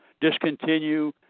discontinue